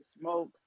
smoke